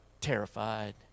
terrified